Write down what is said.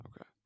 Okay